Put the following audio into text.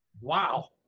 Wow